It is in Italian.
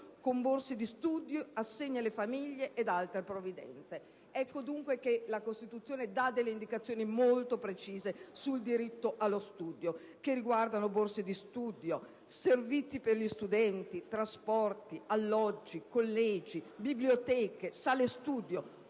con borse di studio, assegni alle famiglie ed altre provvidenze». Dunque la Costituzione dà indicazioni molto precise sul diritto allo studio che riguardano borse di studio, servizi per gli studenti, trasporti, alloggi, collegi, biblioteche, sale studio,